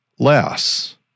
Less